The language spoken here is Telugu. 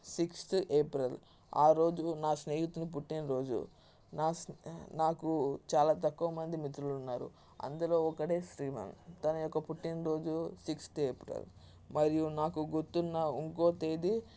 సిక్సత్ ఏప్రిల్ ఆ రోజు నా స్నేహితుని పుట్టినరోజు నా నాకు చాలా తక్కువ మంది మిత్రులు ఉన్నారు అందులో ఒకడే శ్రీమాన్ తనయొక్క పుట్టినరోజు సిక్స్త్ ఏప్రిల్ మరియు నాకు గుర్తున్న ఇంకో తేదీ